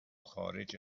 خارج